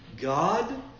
God